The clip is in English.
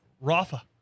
Rafa